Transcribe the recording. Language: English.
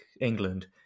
England